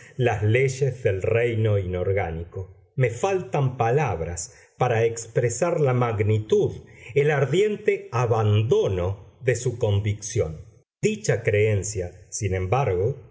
las leyes del reino inorgánico me faltan palabras para expresar la magnitud el ardiente abandono de su convicción dicha creencia sin embargo